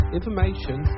information